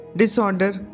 disorder